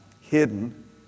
hidden